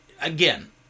again